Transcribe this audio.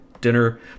dinner